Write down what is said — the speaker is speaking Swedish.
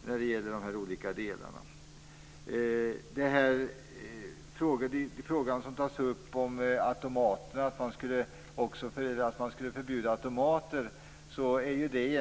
När det gäller frågan om ett förbud mot automater är det